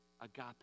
agape